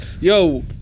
Yo